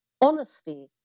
honesty